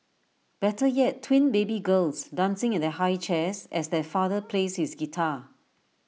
better yet twin baby girls dancing in their high chairs as their father plays his guitar